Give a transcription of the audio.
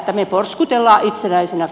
arvoisa herra puhemies